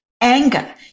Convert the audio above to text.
Anger